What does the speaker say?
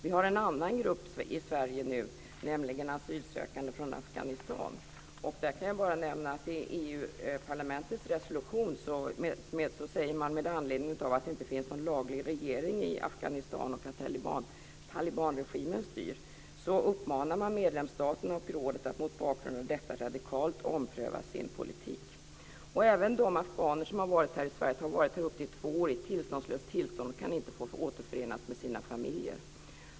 Vi har en annan grupp i Sverige, nämligen asylsökande från Afghanistan. Jag kan bara nämna att man i EU-parlamentets resolution uppmanar medlemsstaterna och rådet, med anledning av att det inte finns någon laglig regering i Afghanistan och att talibanregimen styr, att radikalt ompröva sin politik. Även de afghaner som har varit här i Sverige i upp till två år i ett tillståndslöst tillstånd kan inte få återförenas med sina familjer.